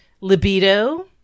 libido